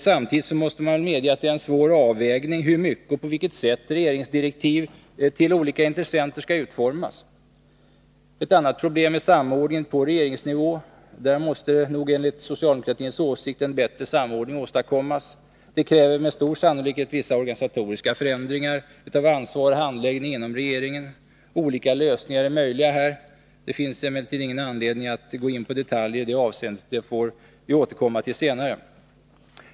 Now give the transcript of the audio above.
Samtidigt måste man medge att det är en svår avvägning — hur mycket och på vad sätt regeringsdirektiv till olika intressenter skall utformas. Ett annat problem är samordningen på regeringsnivå. Där måste enligt socialdemokratins åsikt en bättre samordning åstadkommas. Det kräver med stor sannolikhet vissa organisatoriska förändringar av ansvar och handläggning inom regeringen. Olika lösningar är möjliga här. Det finns emellertid ingen anledning att nu gå in på detaljer i det avseendet. Det får vi återkomma till senare.